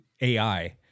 AI